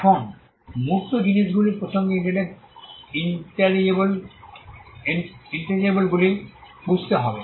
এখন মূর্ত জিনিসগুলির প্রসঙ্গে ইন্টাজেবলগুলি বুঝতে হবে